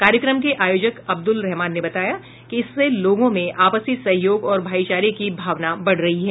कार्यक्रम के आयोजक अब्दुल रहमान ने बताया कि इससे लोगों में आपसी सहयोग और भाईचारे की भावना बढ़ रही है